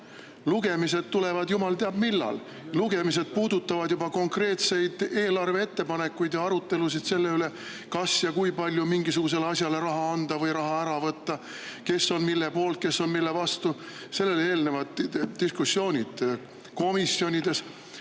Lugemised tulevad jumal teab millal. Lugemised puudutavad juba konkreetseid eelarve ettepanekuid ja arutelusid selle üle, kas ja kui palju mingisugusele asjale raha anda või [mingisuguselt asjalt] raha ära võtta, kes on mille poolt, kes on mille vastu. Sellele eelnevad diskussioonid komisjonides.